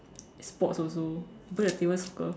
sports also even the table soccer